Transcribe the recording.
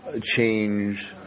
change